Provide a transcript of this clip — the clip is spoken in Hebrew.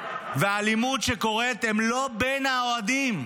האלימות שקורית היא לא בין האוהדים,